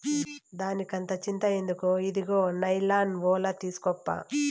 దానికంత చింత ఎందుకు, ఇదుగో నైలాన్ ఒల తీస్కోప్పా